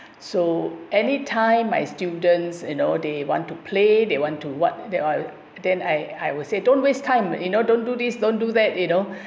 so any time my students you know they want to play they want to what they oil~ then I I will say don't waste time you know don't do this don't do that you know